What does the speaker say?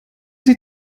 sie